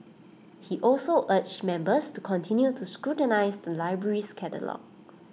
he also urged members to continue to scrutinise the library's catalogues